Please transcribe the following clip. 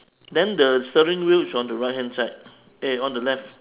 then the steering wheel is on the right hand side eh on the left